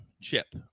Chip